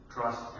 trust